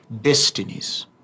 destinies